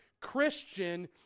Christian